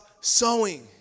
sowing